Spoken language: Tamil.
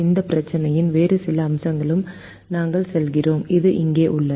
இந்த பிரச்சினையின் வேறு சில அம்சங்களுக்கு நாங்கள் செல்கிறோம் இது இங்கே உள்ளது